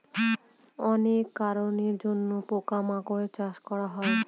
অনেক কারনের জন্য পোকা মাকড়ের চাষ করা হয়